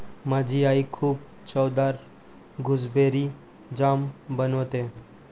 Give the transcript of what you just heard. माझी आई खूप चवदार गुसबेरी जाम बनवते